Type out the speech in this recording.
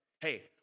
Hey